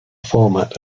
format